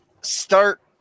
start